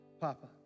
Papa